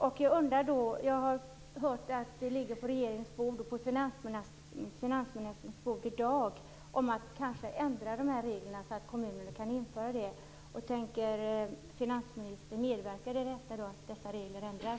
Jag har hört att frågan om att kanske ändra dessa regler så att kommunerna kan införa friåret i dag ligger på regeringens och finansministerns bord. Tänker finansministern medverka till att dessa regler ändras?